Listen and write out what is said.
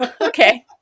Okay